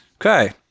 Okay